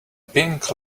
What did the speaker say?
pink